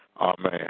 Amen